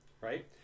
Right